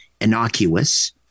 innocuous